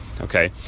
Okay